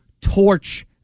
torch